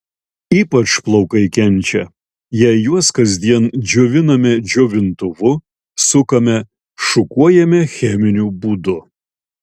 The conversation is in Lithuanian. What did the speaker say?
ypač plaukai kenčia jei juos kasdien džioviname džiovintuvu sukame šukuojame cheminiu būdu